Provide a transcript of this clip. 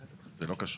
זה לא קשור.